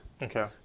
Okay